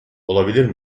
olabilir